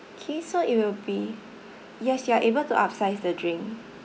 K so it will be yes you are able to upsize the drink